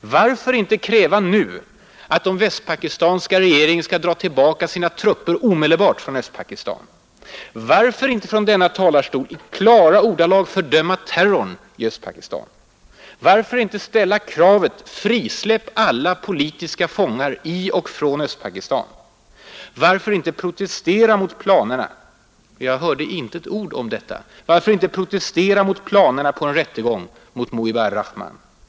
Varför inte kräva nu att den västpakistanska regeringen skall dra tillbaka sina trupper omedelbart från Östpakistan? Varför inte i klara ordalag fördöma terrorn i Östpakistan? Varför inte ställa kravet att alla politiska fångar i och från Östpakistan skall släppas fria? Varför inte protestera mot planerna — jag hörde inte ett ord om detta — på en rättegång mot Mujibur Rahman?